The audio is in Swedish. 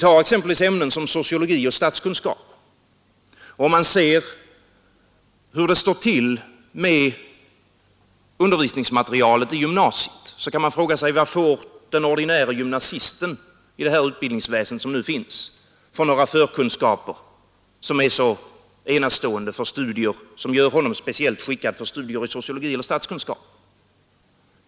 När man ser hur det står till med undervisningsmaterialet i gymnasiet kan man fråga sig: Vad får den ordinäre gymnasisten i det utbildningsväsen som nu finns för förkunskaper som är så enastående att de gör honom speciellt skickad för studier i exempelvis sociologi och statskunskap?